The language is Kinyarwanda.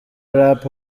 rap